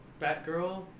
Batgirl